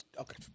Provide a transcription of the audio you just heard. Okay